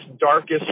darkest